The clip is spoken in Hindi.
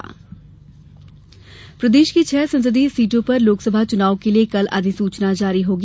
अधिसूचना प्रदेश की छह संसदीय सीटों पर लोकसभा चुनाव के लिए कल अधिसूचना जारी होगी